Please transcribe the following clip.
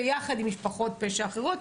ביחד עם משפחות פשע אחרות.